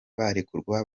barekurwa